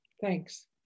Thanks